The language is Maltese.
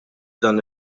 dan